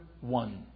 one